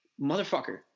Motherfucker